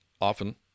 often